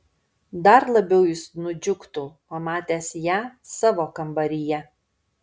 dar labiau jis nudžiugtų pamatęs ją savo kambaryje